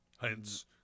Hence